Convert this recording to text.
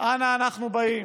אנה אנחנו באים,